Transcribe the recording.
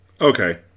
Okay